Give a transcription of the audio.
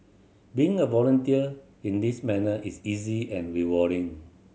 being a volunteer in this manner is easy and rewarding